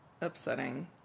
upsetting